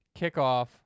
kickoff